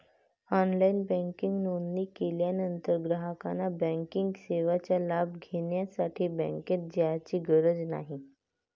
online banking नोंदणी केल्यानंतर ग्राहकाला बँकिंग सेवेचा लाभ घेण्यासाठी बँकेत जाण्याची गरज नाही